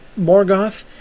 Morgoth